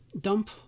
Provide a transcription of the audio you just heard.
Dump